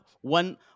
one